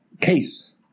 case